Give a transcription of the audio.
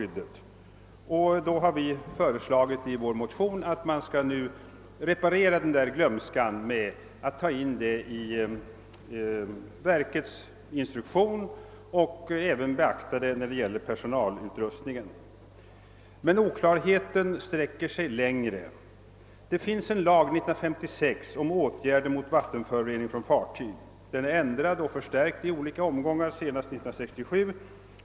Därför har vi i vår motion föreslagit, att man skall råda bot på att man har glömt detta genom att ta in bestämmelser härom i verkets instruktion och även beakta det vid bestämmande av personalbehovet. Men oklarheten sträcker sig längre. Det finns en lag från 1956 om åtgärder mot vattenförorening från fartyg. Den är ändrad i olika omgångar, varvid strängare restriktioner införts, senast 1967.